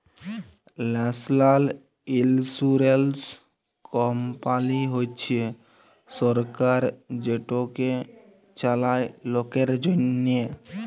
national insurance company হছে সরকার যেটকে চালায় লকের জ্যনহে